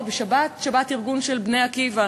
בשבת תהיה "שבת ארגון" של "בני עקיבא",